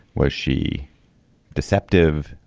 was she deceptive.